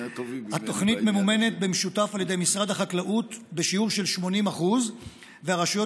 התוכנית ממומנת במשותף על ידי משרד החקלאות בשיעור של 80% והרשויות